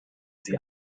sie